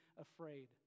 afraid